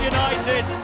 United